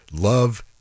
Love